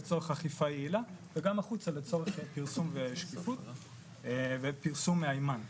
לצורך אכיפה יעילה וגם החוצה לצורך פרסום ושקיפות ופרסום מהימן.